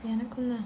எனக்கும்:enakkum